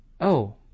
Oh